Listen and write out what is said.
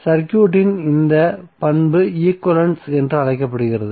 சர்க்யூட்டின் இந்த பண்பு ஈக்வலன்ஸ் என்று அழைக்கப்படுகிறது